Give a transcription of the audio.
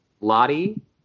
Lottie